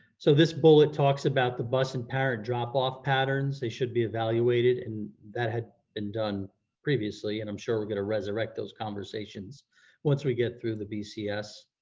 so this bullet talks about the bus and parent drop off patterns, they should be evaluated and that had been done previously and i'm sure we're gonna resurrect those conversations once we get through the bcs,